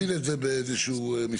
למה שתגביל את זה באיזשהו מספר?